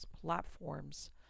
platforms